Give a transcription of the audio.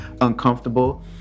uncomfortable